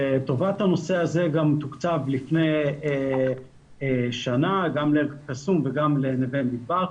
לטובת הנושא הזה גם תוקצב לפני שנה גם לאל קסום וגם לנווה מדבר.